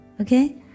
Okay